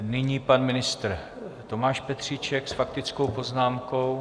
Nyní pan ministr Tomáš Petříček s faktickou poznámkou.